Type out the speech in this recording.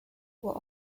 were